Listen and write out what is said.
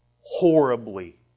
horribly